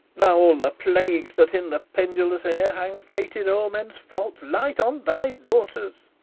now all the plagues that in the pendulous air hang fated o'er men's faults light on thy daughters!